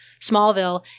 Smallville